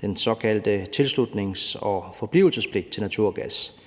den såkaldte tilslutnings- og forblivelsespligt til naturgas.